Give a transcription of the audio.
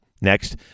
next